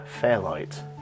Fairlight